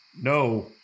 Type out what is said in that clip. No